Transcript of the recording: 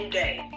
day